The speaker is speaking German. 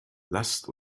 lasst